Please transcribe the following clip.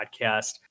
podcast